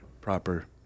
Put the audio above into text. proper